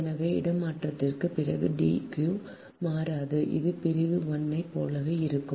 எனவே இடமாற்றத்திற்குப் பிறகும் D eq மாறாது அது பிரிவு 1 ஐப் போலவே இருக்கும்